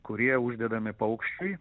kurie uždedami paukščiui